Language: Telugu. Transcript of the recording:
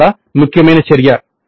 ఇది చాలా ముఖ్యమైన చర్య